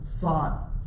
thought